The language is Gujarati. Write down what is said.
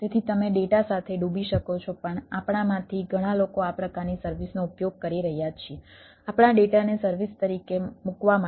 તેથી તમે ડેટા સાથે ડૂબી શકો છો પણ આપણામાંથી ઘણા લોકો આ પ્રકારની સર્વિસનો ઉપયોગ કરી રહ્યા છીએ આપણા ડેટાને સર્વિસ તરીકે મૂકવા માટે